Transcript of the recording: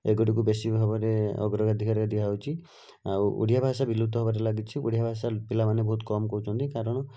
ଏଗୁଡ଼ିକୁ ବେଶୀ ଭାବରେ ଅଗ୍ରାଧିକାର ଦିଆହେଉଛି ଆଉ ଓଡ଼ିଆ ଭାଷା ବିଲୁପ୍ତ ହେବାରେ ଲାଗିଛି ଓଡ଼ିଆ ଭାଷା ପିଲାମାନେ ବହୁତ କମ୍ କହୁଛନ୍ତି କାରଣ